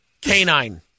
Canine